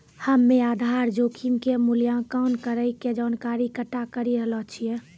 हम्मेआधार जोखिम के मूल्यांकन करै के जानकारी इकट्ठा करी रहलो छिऐ